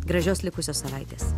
gražios likusios savaitės